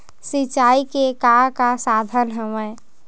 सिंचाई के का का साधन हवय?